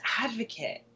advocate